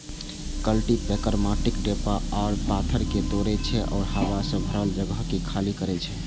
cultipacker माटिक ढेपा आ पाथर कें तोड़ै छै आ हवा सं भरल जगह कें खाली करै छै